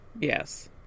Yes